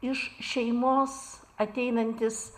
iš šeimos ateinantis